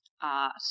art